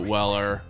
Weller